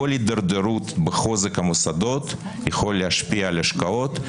כל הידרדרות בחוזק המוסדות יכולה להשפיע על השקעות".